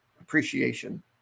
appreciation